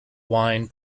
wine